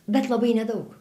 bet labai nedaug